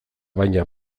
baina